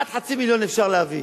עד חצי מיליון אפשר להביא.